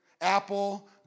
Apple